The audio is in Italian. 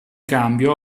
cambio